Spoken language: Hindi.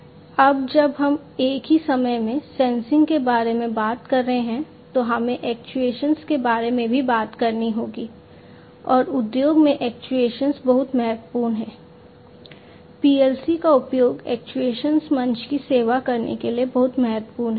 अब जब हम एक ही समय में सेंसिंग मंच की सेवा करने के लिए बहुत महत्वपूर्ण है